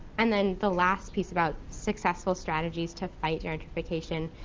and then the last piece about successful strategies to fight gentrification.